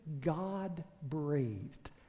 God-breathed